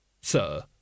Sir